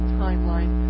timeline